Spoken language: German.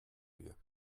wir